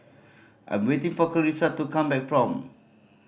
I'm waiting for Clarisa to come back from